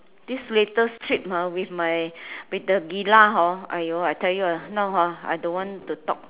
this latest trip ah with my with the villa hor !aiyo! I tell you ah now ah I don't want to talk